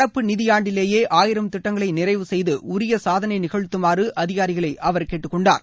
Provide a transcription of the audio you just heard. நடப்பு நிதியாண்டிலேயே ஆயிரம் திட்டங்களை நிறைவு செய்து உரிய சாதனை நிகழ்த்தமாறு அதிகாரிகளை அவர் கேட்டுக்கொண்டார்